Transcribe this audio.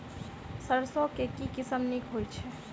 सैरसो केँ के किसिम नीक होइ छै?